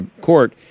court